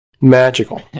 Magical